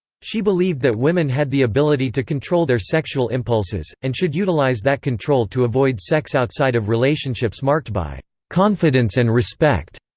she believed that women had the ability to control their sexual impulses, and should utilize that control to avoid sex outside of relationships marked by confidence and respect.